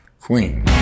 Queen